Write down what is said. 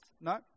No